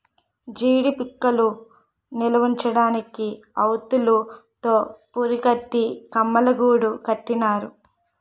జీడీ పిక్కలు నిలవుంచడానికి వౌల్తులు తో పురికట్టి కమ్మలగూడు కట్టినారు